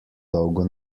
dolgo